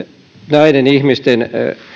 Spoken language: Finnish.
näiden ihmisten